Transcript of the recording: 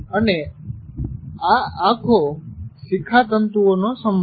અને આ આખો શિખાતંતુઓનો સમૂહ છે